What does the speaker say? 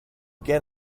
get